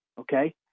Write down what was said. Okay